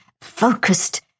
focused